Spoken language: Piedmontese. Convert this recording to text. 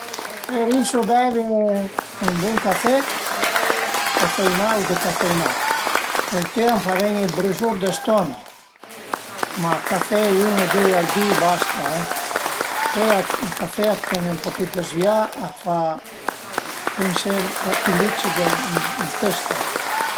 A ie dë rümur ch'a sun nuiuzissim, cuand ën la stansia a ie ün zanzarin ch'a gira, riesu pa pi a dörmi, s'a ie 'na mustra ch'a fa tich tach stesa coza, se i can a baulu niente da fare, a s'dörm pa, se i ciat a miaulu i fazu curi e se i citi a piuru al e ün dizastro